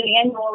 annual